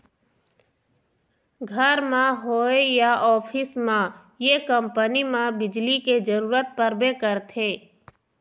घर म होए या ऑफिस म ये कंपनी म बिजली के जरूरत परबे करथे